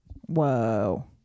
whoa